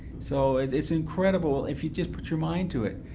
so it's incredible if you just put your mind to it.